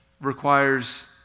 requires